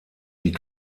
die